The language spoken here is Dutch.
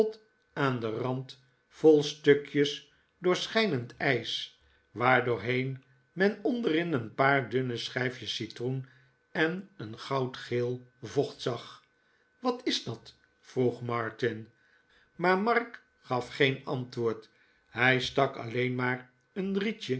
aan den rand vol stukjes doorschijnend ijs waardoorheen men onderin een paar dunne schijfjes citroen en een goudgeel vocht zag wat is dat vroeg martin maar mark gaf geen antwoord hij stak alleen maar een